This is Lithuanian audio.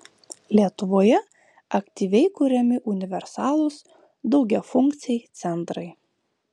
lietuvoje aktyviai kuriami universalūs daugiafunkciai centrai